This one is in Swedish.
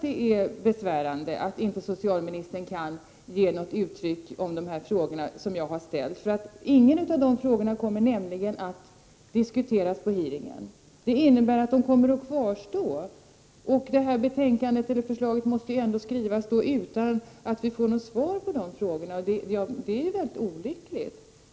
Det är besvärande att socialministern inte kan ge något uttryck för sin uppfattning om de frågor som jag har ställt. Ingen av dessa frågor kommer nämligen att diskuteras på hearingen, och det innebär att de kvarstår. Förslaget måste då skrivas utan att det har getts något svar på frågorna, och det är mycket olyckligt.